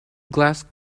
glass